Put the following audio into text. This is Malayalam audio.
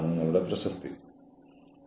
ഒരു ഫോളോ അപ്പ് പ്ലാൻ സ്ഥാപിക്കുക